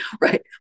right